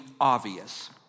obvious